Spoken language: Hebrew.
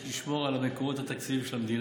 יש לשמור על מקורות התקציב של המדינה.